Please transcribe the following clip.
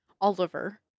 Oliver